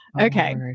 Okay